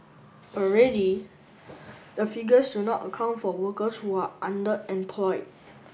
already the figures do not account for workers who are underemployed